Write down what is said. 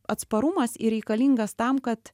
atsparumas ir reikalingas tam kad